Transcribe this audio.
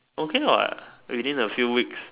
okay what within a few weeks